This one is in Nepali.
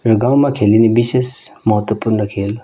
र गाउँमा खेलिने विशेष महत्त्वपूर्ण खेल